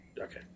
Okay